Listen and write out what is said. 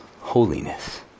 holiness